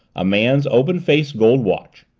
a man's open-face gold watch,